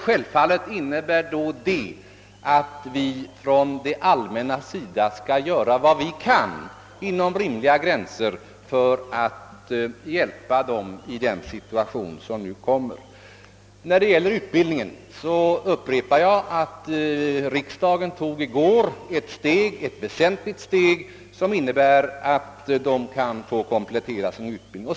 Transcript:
Självfallet innebär detta, ait vi från det allmännas sida inom rimliga gränser skall göra vad vi kan för att hjälpa dem i den situation som nu uppkommer. När det gäller utbildningen upprepar jag att riksdagen i går tog ett väsentligt steg som innebär att dessa lärare kan få komplettera sin utbildning.